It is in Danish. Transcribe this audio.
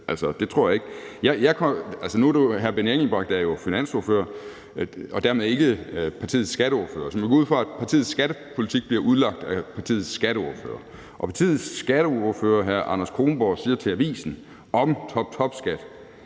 Nu er det jo hr. Benny Engelbrecht, der er finansordfører og dermed ikke partiets skatteordfører. Så vi må gå ud fra, at partiets skattepolitik bliver udlagt af partiets skatteordfører, og partiets skatteordfører, hr. Anders Kronborg, siger til avisen om toptopskat: